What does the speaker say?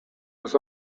was